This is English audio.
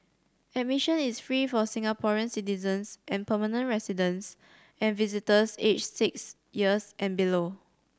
admission is free for Singapore citizens and permanent residents and visitors aged six years and below